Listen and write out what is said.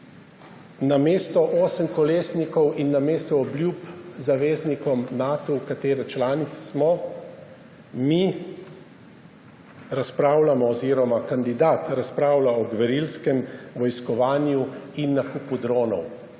namesto osemkolesnikov in namesto obljub zaveznikom, Natu, katerega članica smo, mi razpravljamo oziroma kandidat razpravlja o gverilskem vojskovanju in nakupu dronov.